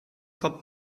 kommt